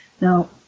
Now